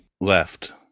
left